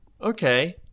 Okay